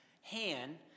hand